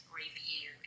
review